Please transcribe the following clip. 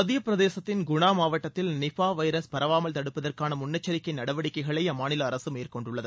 மத்தியப்பிரதேசத்தின் குணா மாவட்டத்தில் நிபா வைரஸ் பரவாமல் தடுப்பதற்கான முன்னெச்சரிக்கை நடவடிக்கைகளை அம்மாநில அரசு மேற்கொண்டுள்ளது